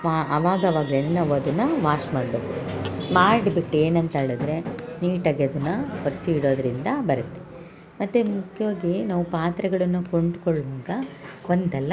ಆವಾಗ ಆವಾಗಲೆ ನಾವು ಅದನ್ನು ವಾಶ್ ಮಾಡಬೇಕು ಮಾಡ್ಬಿಟ್ಟು ಏನಂತ ಹೇಳಿದ್ರೆ ನೀಟಾಗೆ ಅದನ್ನು ಒರ್ಸಿ ಇಡೋದರಿಂದ ಬರುತ್ತೆ ಮತ್ತು ಮುಖ್ಯವಾಗಿ ನಾವು ಪಾತ್ರೆಗಳನ್ನು ಕೊಂಡ್ಕೊಳ್ಳುವಾಗ ಒಂದೆಲ್ಲ